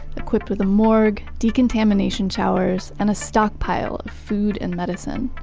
equipped with a morgue, decontamination showers and a stockpile of food and medicine.